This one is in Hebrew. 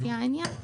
לפי העניין,